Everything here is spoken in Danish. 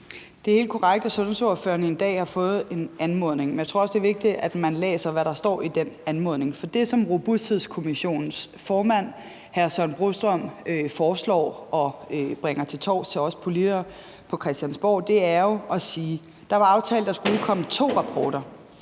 Det er helt korrekt, at sundhedsordførerne i dag har fået en anmodning. Men jeg tror også, det er vigtigt, at man læser, hvad der står i den anmodning. For det, som Robusthedskommissionens formand, hr. Søren Brostrøm, foreslår og bringer til torvs til os politikere på Christiansborg, er jo, at vi siger: Der var aftalt, at der skulle udkomme to rapporter,